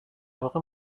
واقع